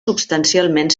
substancialment